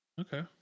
Okay